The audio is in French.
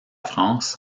france